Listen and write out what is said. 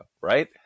right